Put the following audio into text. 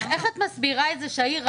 איך את מסבירה את זה שהעיר רהט,